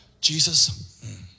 Jesus